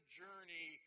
journey